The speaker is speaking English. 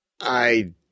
I